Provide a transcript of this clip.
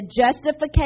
justification